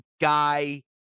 guy